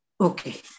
Okay